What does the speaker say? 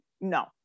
no